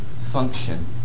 function